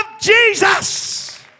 Jesus